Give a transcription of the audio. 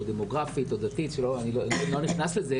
דמוגרפית או דתית אני לא נכנס לזה,